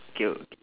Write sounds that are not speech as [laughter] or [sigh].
[noise]